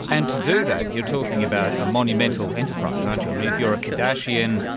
and to do that you're talking about a monumental enterprise, aren't you. and if you are a kardashian,